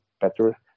better